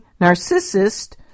narcissist